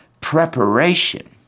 preparation